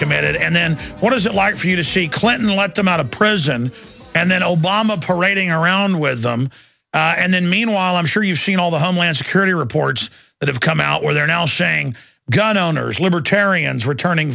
committed and then what is it like for you to see clinton let them out of prison and then obama parading around with them and then meanwhile i'm sure you've seen all the homeland security reports that have come out where they're now saying gun owners libertarians returning